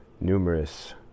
Numerous